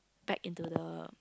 back into the